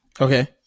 Okay